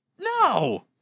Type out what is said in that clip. no